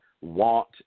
want